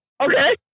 okay